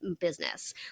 business